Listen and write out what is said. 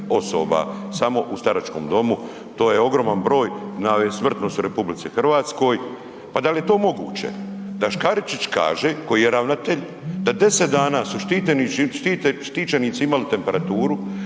osoba samo u staračkom domu, to je ogroman broj na smrtnosti u RH. Pa da li je to moguće? Da Škaričić kaže, koji je ravnatelj, da 10 dana su štićenici imali temperaturu,